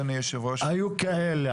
אדוני היושב-ראש --- היו כאלה,